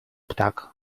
ptak